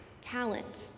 talent